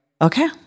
Okay